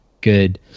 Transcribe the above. good